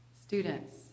students